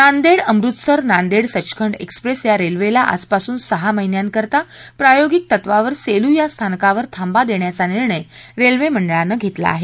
Nanded Amritsar Nanded Sachkhand express या रेल्वेला आजपासून सहा महिन्यांकरता प्रायोगिक तत्वावर सेलू या स्थानकावर थांबा देण्याचा निर्णय रेल्वे मंडळानं घेतला आहे